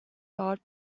heart